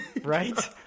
Right